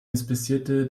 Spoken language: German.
inspizierte